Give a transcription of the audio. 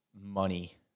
money